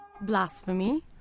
Blasphemy